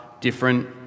different